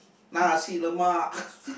Nasi-Lemak